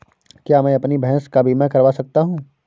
क्या मैं अपनी भैंस का बीमा करवा सकता हूँ?